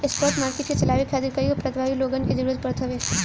spot market के चलावे खातिर कईगो प्रतिभागी लोगन के जरूतर पड़त हवे